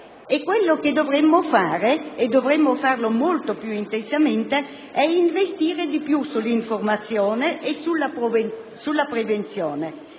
Ciò che dovremmo fare, e molto più intensamente, è investire di più sull'informazione e sulla prevenzione.